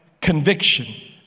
conviction